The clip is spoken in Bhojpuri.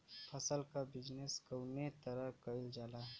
फसल क बिजनेस कउने तरह कईल जाला?